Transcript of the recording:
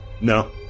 No